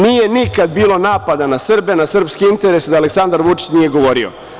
Nije nikada bilo napada na Srbe, na srpske interese da Aleksandar Vučić nije govorio.